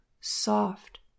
soft